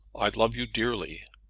i love you dearly.